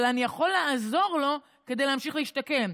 אבל אני יכול לעזור לו להמשיך להשתקם.